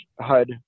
HUD